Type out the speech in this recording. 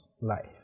life